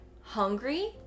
hungry